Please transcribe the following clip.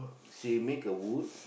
she make a wood